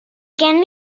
gen